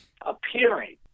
appearing